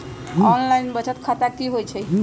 Online बचत खाता की होई छई?